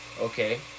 Okay